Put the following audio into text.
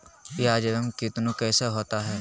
प्याज एम कितनु कैसा होता है?